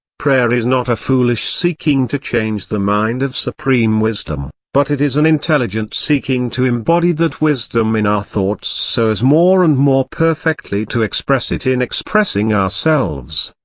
prayer is not a foolish seeking to change the mind of supreme wisdom, but it is an intelligent seeking to embody that wisdom in our thoughts so as more and more perfectly to express it in expressing ourselves.